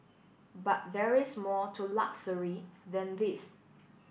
but there is more to luxury than these